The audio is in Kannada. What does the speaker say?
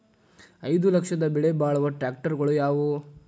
ಐದು ಲಕ್ಷದ ಬೆಲೆ ಬಾಳುವ ಟ್ರ್ಯಾಕ್ಟರಗಳು ಯಾವವು?